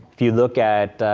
if you look at,